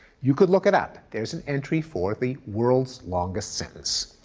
you can look it up. there is an entry for the world's longest sentence.